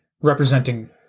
representing